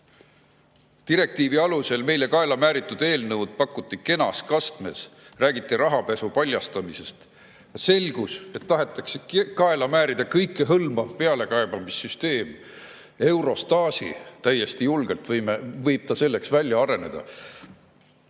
Direktiivi alusel meile kaelamääritud eelnõu pakuti kenas kastmes, räägiti rahapesu paljastamisest. Selgus, et tahetakse kaela määrida kõikehõlmav pealekaebamissüsteem euro-Stasi – täiesti julgelt võib ta selleks välja areneda,